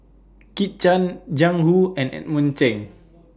Kit Chan Jiang Hu and Edmund Cheng